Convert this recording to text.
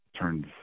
turns